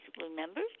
remember